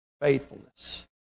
faithfulness